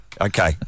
Okay